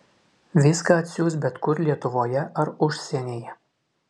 viską atsiųs bet kur lietuvoje ar užsienyje